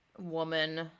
woman